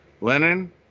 Lenin